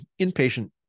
inpatient